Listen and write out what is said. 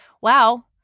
wow